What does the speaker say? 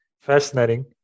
Fascinating